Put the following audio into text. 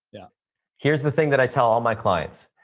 yeah here's the thing that i tell all my clients,